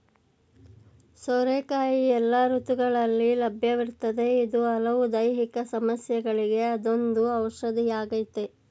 ಸೋರೆಕಾಯಿ ಎಲ್ಲ ಋತುಗಳಲ್ಲಿ ಲಭ್ಯವಿರ್ತದೆ ಇದು ಹಲವು ದೈಹಿಕ ಸಮಸ್ಯೆಗಳಿಗೆ ಅದೊಂದು ಔಷಧಿಯಾಗಯ್ತೆ